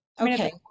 okay